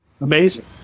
amazing